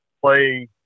play